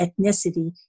ethnicity